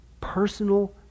personal